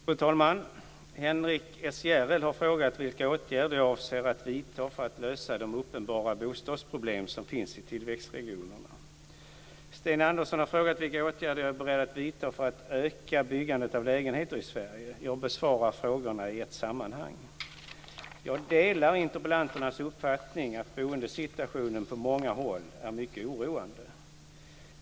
Fru talman! Henrik S Järrel har frågat vilka åtgärder jag avser att vidta för att lösa de uppenbara bostadsproblem som finns i tillväxtregionerna. Sten Andersson har frågat vilka åtgärder jag är beredd att vidta för att öka byggandet av lägenheter i Sverige. Jag besvarar frågorna i ett sammanhang. Jag delar interpellanternas uppfattning att boendesituationen på många håll är mycket oroande.